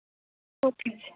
okay ਜੀ